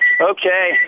Okay